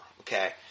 Okay